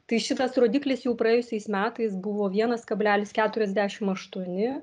tai šitas rodiklis jau praėjusiais metais buvo vienas kablelis keturiasdešim aštuoni